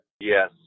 Yes